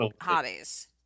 hobbies